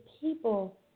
people